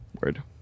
Word